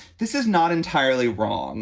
this is not entirely wrong